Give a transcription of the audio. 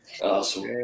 Awesome